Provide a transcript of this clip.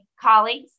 colleagues